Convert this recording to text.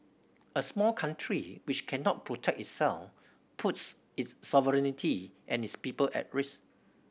a small country which cannot protect itself puts its sovereignty and its people at risk